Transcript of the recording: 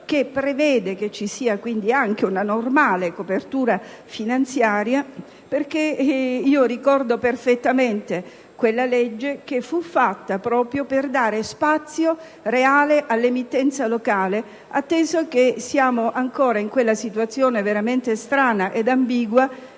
che prevede anche una normale copertura finanziaria (ricordo perfettamente quella legge, che fu fatta proprio per dare spazio reale all'emittenza locale), atteso che siamo ancora in quella situazione veramente ambigua